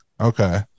Okay